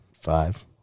Five